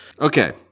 Okay